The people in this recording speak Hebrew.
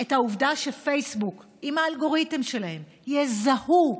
את העובדה שפייסבוק, עם האלגוריתם שלהם, יזהו,